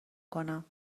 کنم